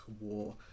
war